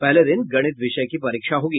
पहले दिन गणित विषय की परीक्षा होगी